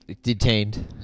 detained